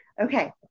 Okay